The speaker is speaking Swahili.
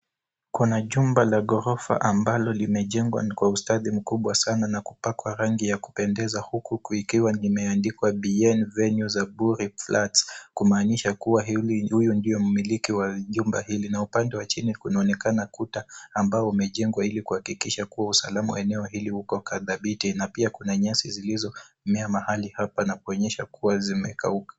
Kuna jumba la ghorofa ambalo limejengwa kwa ustadi mkubwa sana na kupakwa rangi ya kupendeza huku likiwa limeandikwa Bien Venues Flats kumaanisha huyu ndiye mmiliki wa jumba hili na upande wa chini kunaonekana kuta ambayo imejengwa ili kuhakikisha kuwa usalama wa eneo hili uko dhabiti na pia kuna nyasi zilizomea mahali hapa na kuonyesha kuwa zimekauka.